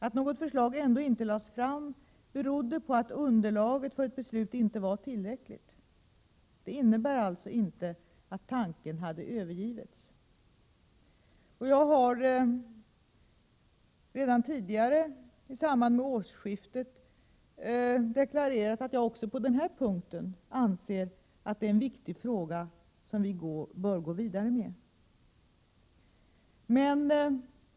Att något förslag ändå inte lades fram berodde på att underlaget för ett beslut inte var tillräckligt. Det innebär alltså inte att tanken hade övergivits. Jag har redan tidigare, i samband med årsskiftet, deklarerat att jag anser att också detta är en viktig fråga, som vi bör gå vidare med.